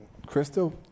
Crystal